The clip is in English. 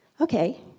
okay